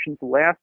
last